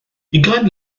ugain